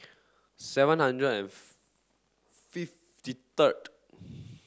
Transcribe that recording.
seven hundred and fifty third